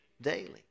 Daily